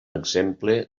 exemple